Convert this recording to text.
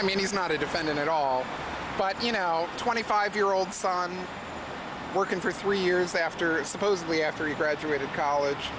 i mean he's not a defendant at all but you know twenty five year old son working for three years after supposedly after you graduated college